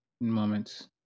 Moments